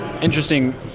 interesting